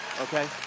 Okay